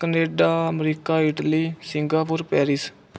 Canada America Italy Singapore Paris